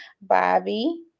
Bobby